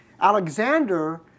Alexander